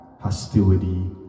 hostility